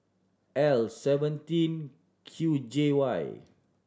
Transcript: L seventeen Q J Y